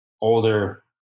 older